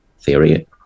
theory